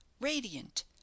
radiant